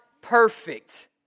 perfect